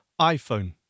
iPhone